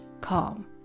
calm